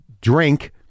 drink